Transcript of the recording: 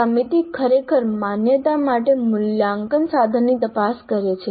સમિતિ ખરેખર માન્યતા માટે મૂલ્યાંકન સાધનની તપાસ કરે છે